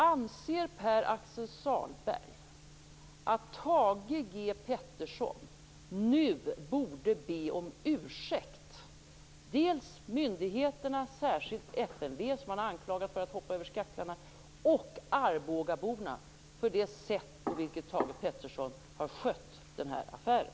Anser Pär-Axel Sahlberg att Thage G Peterson nu borde be om ursäkt dels till myndigheterna - och då särskilt FMV, som han har anklagat för att hoppa över skaklarna -, dels till Arbogaborna för det sätt på vilket Thage G Peterson har skött den här affären?